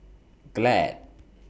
Glad